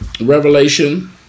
Revelation